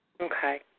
Okay